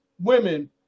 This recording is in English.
Women